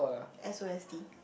S_O_S_D